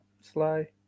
Sly